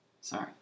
Sorry